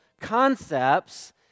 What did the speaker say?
concepts